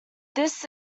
this